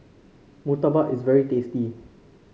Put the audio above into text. murtabak is very tasty